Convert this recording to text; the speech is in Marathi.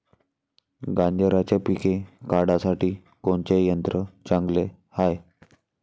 गांजराचं पिके काढासाठी कोनचे यंत्र चांगले हाय?